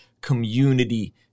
community